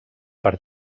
per